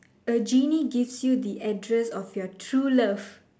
a genie gives you the address of your true love